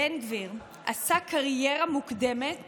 בן גביר עשה קריירה מוקדמת